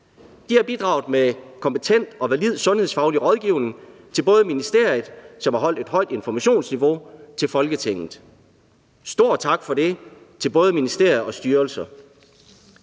De har bidraget med kompetent og valid sundhedsfaglig rådgivning til ministeriet, som har holdt et højt informationsniveau til Folketinget – en stor tak for det til både ministeriet og styrelser.